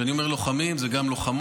כשאני אומר לוחמים זה גם לוחמות,